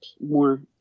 more